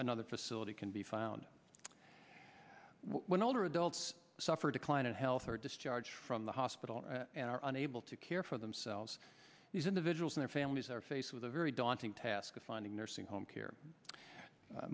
another facility can be found when older adults suffer declining health or discharge from the hospital and are unable to care for themselves these individuals and families are faced with a very daunting task of finding nursing home care